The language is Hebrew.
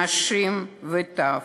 נשים וטף.